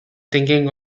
thinking